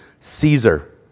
Caesar